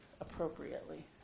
appropriately